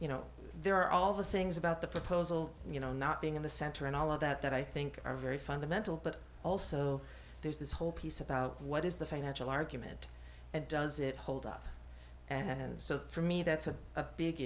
you know there are all the things about the proposal you know not being in the center and all of that i think are very fundamental but also there's this whole piece about what is the financial argument and does it hold up and so for me that's a big